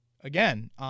Again –